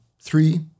three